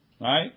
Right